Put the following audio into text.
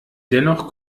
dennoch